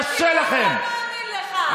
אבל הציבור לא מאמין לך.